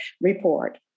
report